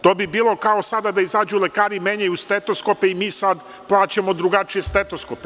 To bi bilo kao sada da izađu lekari, menjaju stetoskope i mi sada plaćamo drugačije stetoskope.